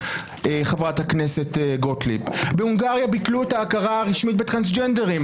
חברת הכנסת גוטליב בהונגריה ביטלו את ההכרה הרשמית בטרנסג'נדרים.